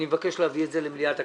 אני מבקש להביא את זה למליאת הכנסת.